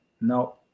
no